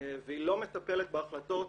והיא לא מטפלת בהחלטות